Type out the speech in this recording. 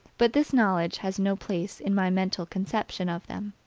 but this knowledge has no place in my mental conception of them.